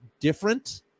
different